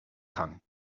gang